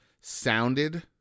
sounded